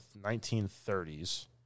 1930s